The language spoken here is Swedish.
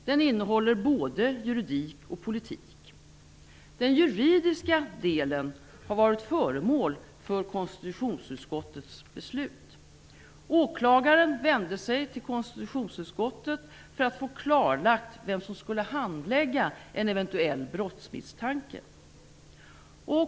Den innehåller både juridik och politik. Den juridiska delen har varit föremål för konstitutionsutskottets beslut. Åklagaren vände sig till konstitutionsutskottet för att få klarlagt vem som skulle handlägga en eventuell brottsmisstanke.